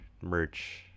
merch